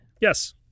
Yes